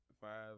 five